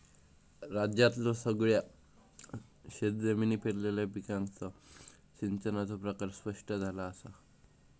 राज्यातल्यो सगळयो शेतजमिनी पेरलेल्या पिकांका सिंचनाचो प्रकार स्पष्ट झाला असा